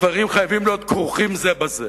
והדברים חייבים להיות כרוכים זה בזה.